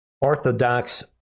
Orthodox